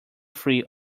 free